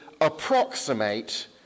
approximate